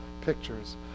pictures